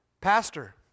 Pastor